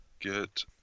get